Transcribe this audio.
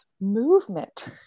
movement